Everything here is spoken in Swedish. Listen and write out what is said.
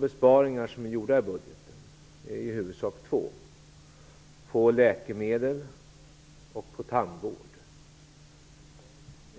Besparingarna i budgeten görs i huvudsak på två områden, nämligen på läkemedel och på tandvård.